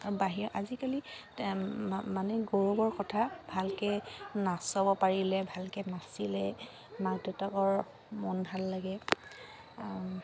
বাহিৰা আজিকালি মানে গৌৰৱৰ কথা ভালকৈ নচাব পাৰিলে ভালকৈ নাচিলে মাক দেউতাকৰ মন ভাল লাগে